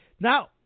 Now